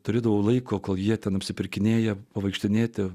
turėdavau laiko kol jie ten apsipirkinėja pavaikštinėti